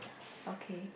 okay